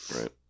Right